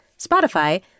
Spotify